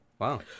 Wow